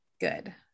Good